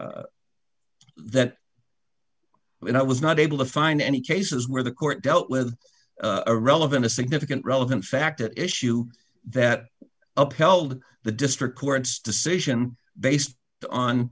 that when i was not able to find any cases where the court dealt with a relevant a significant relevant fact at issue that upheld the district court's decision based on